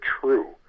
true